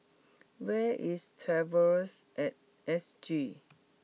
where is Traveller at S G